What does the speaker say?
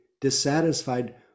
dissatisfied